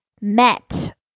met